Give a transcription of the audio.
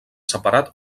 separat